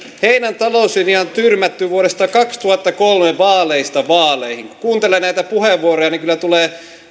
heidän talouslinjansa on tyrmätty vuodesta kaksituhattakolme asti vaaleista vaaleihin kun kuuntelee näitä puheenvuoroja niin kyllä tulee